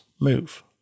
move